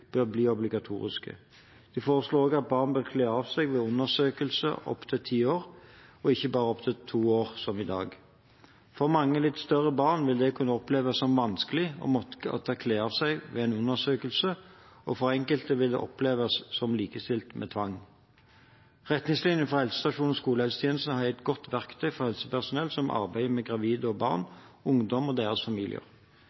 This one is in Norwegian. bør bli obligatoriske. De foreslår også at barn opp til ti år bør kle av seg ved undersøkelse, og ikke bare barn opp til to år, som i dag. For mange litt større barn vil det kunne oppleves som vanskelig å måtte kle av seg ved en undersøkelse, og for enkelte vil det oppleves som likestilt med tvang. Retningslinjene for helsestasjons- og skolehelsetjenesten har gitt et godt verktøy for helsepersonell som arbeider med gravide og